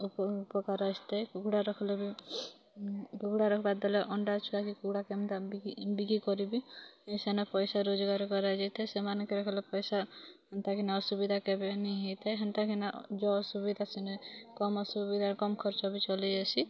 ଓଃ ଉପକାରସ୍ତେ କୁକୁଡ଼ା ରଖ୍ଲେ ବି କୁକୁଡ଼ା ରଖିବାଦ୍ୱାରା ଅଣ୍ଡା ଛୁଆ କି କୁକୁଡ଼ା କେମିତି ବିକି ବିକି କରିବି ସେନ ପଇସା ରୋଜଗାର କରାଯାଇଥାଏ ସେମାନେ କେବେ ଭଲ୍ ପଇସା ହେନ୍ତାକିନା ଅସୁବିଧା କେବେ ନେ ହୋଇଥାଏ ହେନ୍ତାକିନା ଜହ ସୁବିଧା ସିନା କମ୍ ଅସୁବିଧା କମ୍ ଖର୍ଚ୍ଚ ବି ଚଲେଇ ଆସ୍ଛି